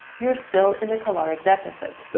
you're still in a caloric deficit,